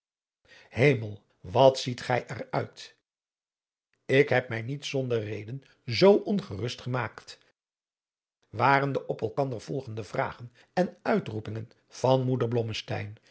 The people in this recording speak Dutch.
hemel wat ziet gij er uit ik heb mij niet zonder reden zoo ongerust gemaakt waren de op elkander volgende vragen en uitroepingen van moeder